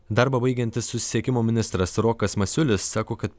darbą baigiantis susisiekimo ministras rokas masiulis sako kad